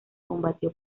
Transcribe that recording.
combatió